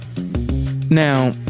Now